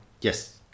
Yes